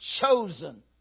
chosen